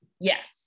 Yes